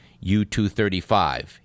U-235